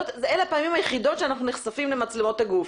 אלה הפעמים היחידות שאנחנו נחשפים למצלמות הגוף.